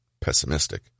pessimistic